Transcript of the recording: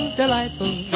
delightful